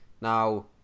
Now